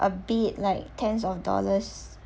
a bit like tens of dollars